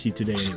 today